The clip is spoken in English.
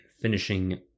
finishing